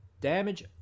damage